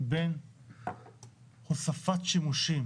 בין הוספת שימושים